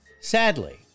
Sadly